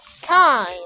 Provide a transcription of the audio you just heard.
time